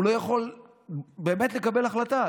הוא לא יכול באמת לקבל החלטה,